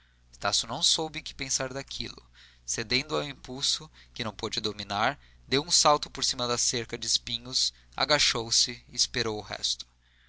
estácio não soube que pensar daquilo cedendo ao impulso que não pôde dominar deu um salto por cima da cerca de espinhos agachou-se e esperou o resto